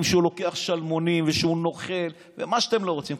שהוא לוקח שלמונים ושהוא נוכל ומה שאתם לא רוצים.